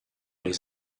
les